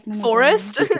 Forest